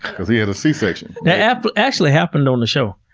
because he has a c-section. that yeah but actually happened on the show.